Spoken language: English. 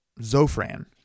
zofran